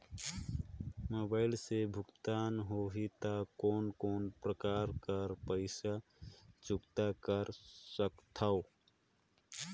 Mobile से भुगतान होहि त कोन कोन प्रकार कर पईसा चुकता कर सकथव?